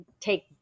take